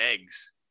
eggs